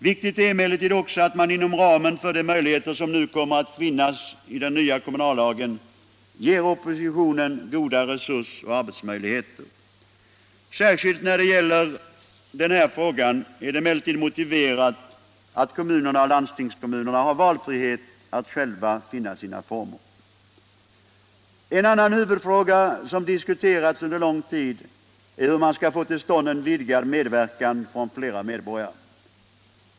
Viktigt är emellertid också att man inom ramen för de möjligheter som nu kommer att finnas i den nya kommunallagen ger oppositionen goda resurser, goda arbetsmöjligheter. Särskilt när det gäller den här frågan är det emellertid motiverat att kommunerna och landstingskommunerna har valfrihet att själva finna sina former. En annan huvudfråga som diskuterats under lång tid är hur man skall få till stånd en vidgad medverkan från flera medborgare.